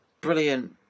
Brilliant